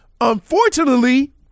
unfortunately